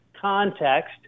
context